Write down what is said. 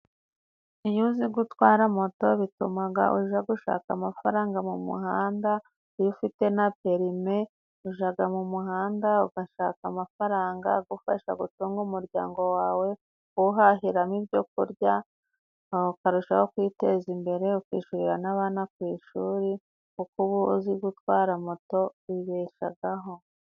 Iyo uzi gutwara moto bitumaga uja gushaka amafaranga mu muhanda. Iyo ufite na perime ujaga mu muhanda, ugashaka amafaranga agufasha gutunga umuryango wawe uwuhahiramo ibyo kurya, aho ukarushaho kwiteza imbere, ukishyurira n'abana ku ishuri, kuko uba uzi gutwara moto wibeshagaho.